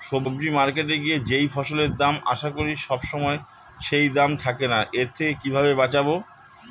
সবজি মার্কেটে গিয়ে যেই ফসলের দাম আশা করি সবসময় সেই দাম থাকে না এর থেকে কিভাবে বাঁচাবো?